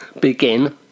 Begin